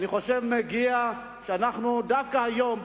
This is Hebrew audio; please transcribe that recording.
אני חושב שמגיע שאנחנו דווקא היום,